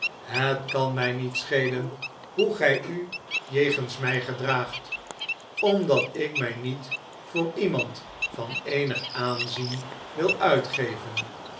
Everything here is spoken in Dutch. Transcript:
het kan mij niet schelen hoe gij u jegensmij gedraagt omdat ik mij niet voor iemand van eenig aanzien wil uitgeven